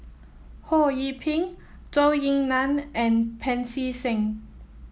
Ho Yee Ping Zhou Ying Nan and Pancy Seng